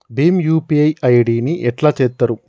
Bhim UPI ID ని ఎట్లా చేత్తరు?